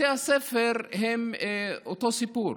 בתי הספר הם אותו סיפור: